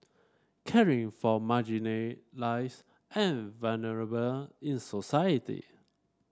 caring for and vulnerable in society